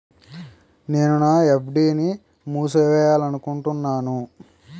నేను నా ఎఫ్.డి ని మూసివేయాలనుకుంటున్నాను